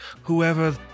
whoever